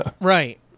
right